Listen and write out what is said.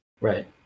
Right